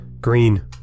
green